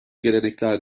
gelenekler